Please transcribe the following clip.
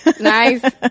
Nice